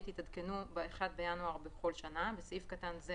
יתעדכנו ב-1 בינואר בכל שנה (בסעיף קטן זה